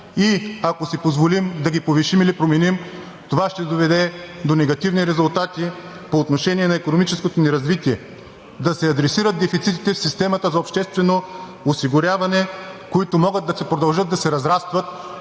И ако си позволим да ги повишим или променим, това ще доведе до негативни резултати по отношение на икономическото ни развитие, да се адресират дефицитите в системата за обществено осигуряване, които могат да продължат да се разрастват,